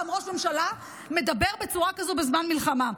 ראש ממשלה מדבר בצורה כזאת בזמן מלחמה.